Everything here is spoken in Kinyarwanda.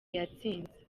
yatsinze